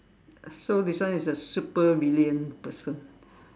so this one is a supervillain person